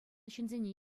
ҫынсене